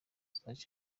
zaje